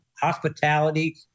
hospitality